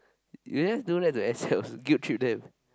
you just don't have to accept guilt trip them